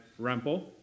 Rempel